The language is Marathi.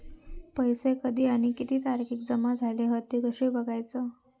पैसो कधी आणि किती तारखेक जमा झाले हत ते कशे बगायचा?